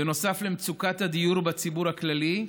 בנוסף למצוקת הדיור בציבור הכללי,